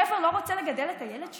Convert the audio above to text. גבר לא רוצה לגדל את הילד שלו?